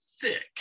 thick